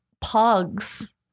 pugs